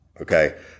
Okay